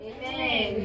Amen